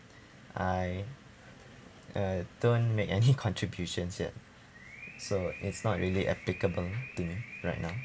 I uh don't make any contributions yet so it's not really applicable to me right now